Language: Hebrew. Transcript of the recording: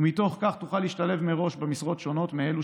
ומתוך כך תוכל להשתלב מראש במשרות שונות מאלו